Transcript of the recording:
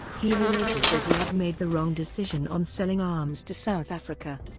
healey later said he had made the wrong decision on selling arms to south africa.